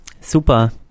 Super